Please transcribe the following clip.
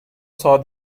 saw